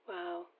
Wow